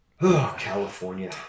california